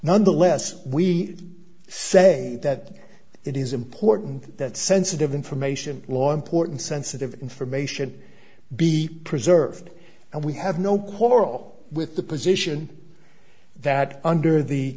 nonetheless we say that it is important that sensitive information law important sensitive information be preserved and we have no quarrel with the position that under the